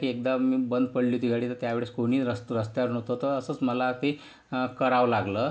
की एकदा मी बंद पडली होती गाडी तर त्या वेळेस कोणी रस्त्या रस्त्यावर नव्हतं तर असंच मला ते करावं लागलं